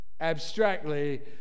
abstractly